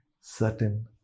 certain